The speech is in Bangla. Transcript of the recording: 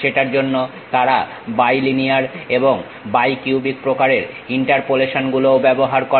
সেটার জন্য তারা বাইলিনিয়ার এবং বাইকিউবিক প্রকারের ইন্টারপোলেশন গুলোও ব্যবহার করে